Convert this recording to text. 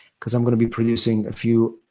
because i'm going to be producing a few